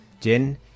Jen